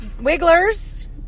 wigglers